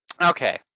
Okay